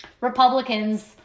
Republicans